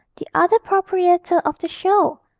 the other proprietor of the show,